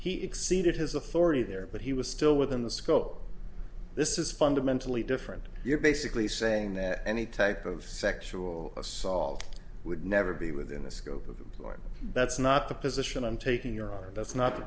he exceeded his authority there but he was still within the skull this is fundamentally different you're basically saying that any type of sexual assault would never be within the scope of employment that's not the position i'm taking your art that's not the